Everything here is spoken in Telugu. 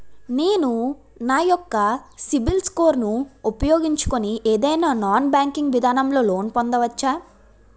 నేను నా యెక్క సిబిల్ స్కోర్ ను ఉపయోగించుకుని ఏదైనా నాన్ బ్యాంకింగ్ విధానం లొ లోన్ పొందవచ్చా?